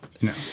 No